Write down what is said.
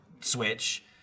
Switch